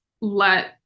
let